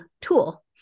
tool